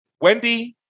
Wendy